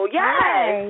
yes